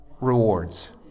rewards